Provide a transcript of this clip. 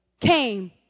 came